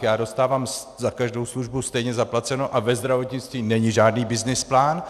Já dostávám za každou službu stejně zaplaceno a ve zdravotnictví není žádný byznys plán.